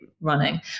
running